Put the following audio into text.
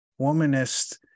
womanist